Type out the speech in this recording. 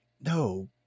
No